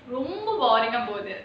ரொம்ப:romba boring ah போகுது:poguthu